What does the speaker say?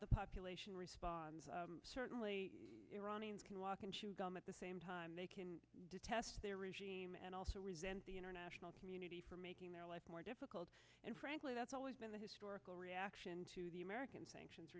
the population responds certainly iranians can walk and chew gum at the same time they detest and also resent the international community for making their life more difficult and frankly that's always been the historical reaction to the american sanctions